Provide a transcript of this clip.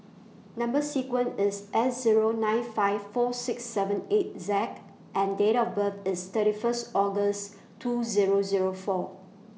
Number sequence IS S Zero nine five four six seven eight Z and Date of birth IS thirty one August two Zero Zero four